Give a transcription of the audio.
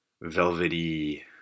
velvety